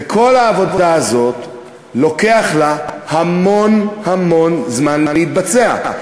וכל העבודה הזאת, לוקח לה המון-המון זמן להתבצע.